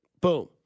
boom